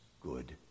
good